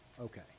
okay